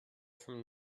from